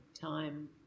time